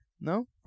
No